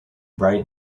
bright